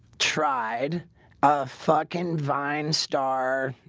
tried a fucking vine star.